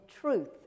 truth